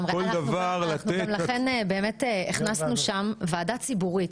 לכן הכנסנו שם ועדה ציבורית.